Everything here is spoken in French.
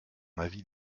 avis